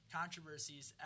controversies